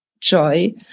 joy